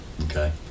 Okay